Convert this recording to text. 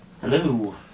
hello